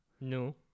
No